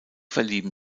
verlieben